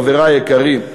חברי היקרים: